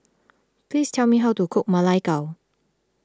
please tell me how to cook Ma Lai Gao